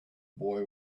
boy